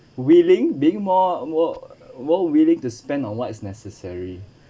willing being more more more willing to spend on what is necessary